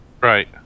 Right